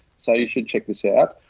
so you should check this out.